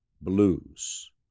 Blues